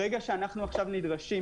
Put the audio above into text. ברגע שאנחנו עכשיו נדרשים,